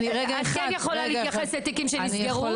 את כן יכולה להתייחס לתיקים שנסגרו.